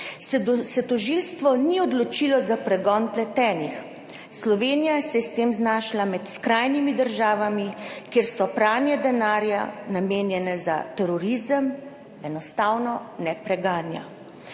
se tožilstvo ni odločilo za pregon vpletenih. Slovenija se je s tem znašla med skrajnimi državami, kjer se pranje denarja, namenjeno za terorizem, enostavno ne preganja.